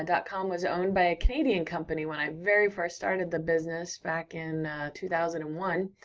and com was owned by a canadian company when i very first started the business, back in two thousand and one.